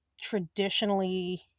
traditionally